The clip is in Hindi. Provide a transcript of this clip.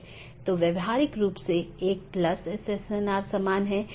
अगला राउटर 3 फिर AS3 AS2 AS1 और फिर आपके पास राउटर R1 है